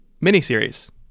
Mini-series